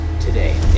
today